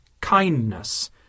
kindness